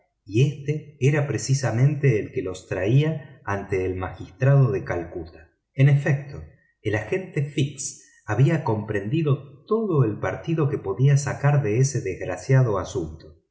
y éste era precisamente lo que los traía ante el magistrado de calcuta en efecto el agente fix había comprendido todo el partido que podía sacar de ese desgraciado asunto